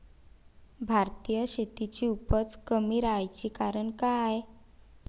भारतीय शेतीची उपज कमी राहाची कारन का हाय?